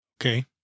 Okay